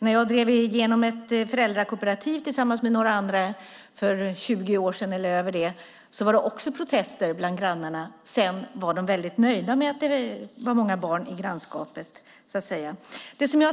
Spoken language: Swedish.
När jag drev igenom ett föräldrakooperativ tillsammans med några andra för 20 år sedan eller mer var det protester bland grannarna. Sedan var de nöjda med att det var många barn i grannskapet.